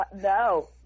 no